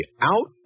out